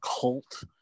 cult